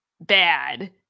bad